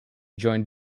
joined